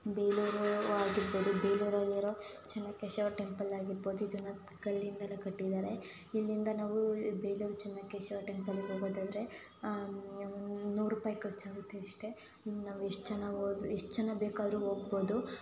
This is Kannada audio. ಬೇಲೂರು ಆಗಿರ್ಬೋದು ಬೇಲೂರಲ್ಲಿರೋ ಚೆನ್ನಕೇಶವ ಟೆಂಪಲ್ ಆಗಿರ್ಬೋದು ಇದೆಲ್ಲ ಕಲ್ಲಿಂದಲೇ ಕಟ್ಟಿದ್ದಾರೆ ಇಲ್ಲಿಂದ ನಾವು ಬೇಲೂರು ಚೆನ್ನಕೇಶವ ಟೆಂಪಲಿಗೆ ಹೋಗೋದಾದ್ರೆ ನೂರು ರೂಪಾಯಿ ಖರ್ಚಾಗುತ್ತೆ ಅಷ್ಟೆ ನಾವು ಎಷ್ಟು ಜನ ಹೋಗಿ ಎಷ್ಟು ಜನ ಬೇಕಾದ್ರೂ ಹೋಗ್ಬೋದು